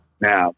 Now